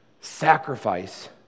sacrifice